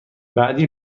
بعدی